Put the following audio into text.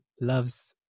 loves